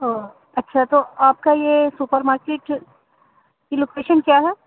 اوہ اچھا تو آپ کا یہ سپر مارکیٹ کی لوکیشن کیا ہے